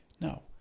No